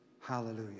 Hallelujah